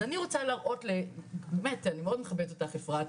אז אני רוצה להראות באמת אני מאוד מכבדת אותך אפרת,